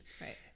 Right